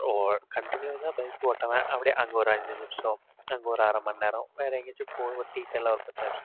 ஓரு கண்டினியூஸாக பைக் ஓட்டாம அப்படியே அங்கே ஒரு அஞ்சு நிமிஷம் அங்கே ஒரு அரமணி நேரம் வேறு எங்கேயாச்சும் போக ஒரு டீ கடையில் ஒரு பத்து நிமிஷம்